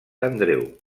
andreu